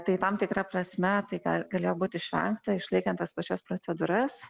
tai tam tikra prasme tai ką galėjo būt išvengta išlaikant tas pačias procedūras